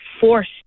forced